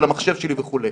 למחשב וכדומה.